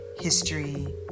history